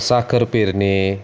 साखर पेरणे